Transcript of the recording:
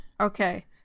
Okay